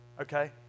Okay